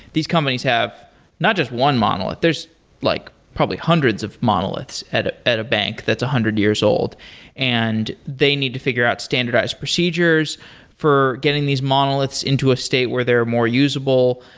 these companies have not just one monolith. there's like probably hundreds of monoliths at ah at a bank that's one hundred years old and they need to figure out standardized procedures for getting these monoliths into a state where they're more usable.